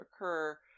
occur